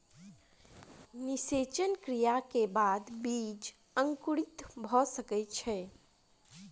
निषेचन क्रिया के बाद बीज अंकुरित भ सकै छै